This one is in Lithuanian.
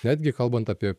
netgi kalbant apie